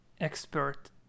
expert